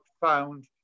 found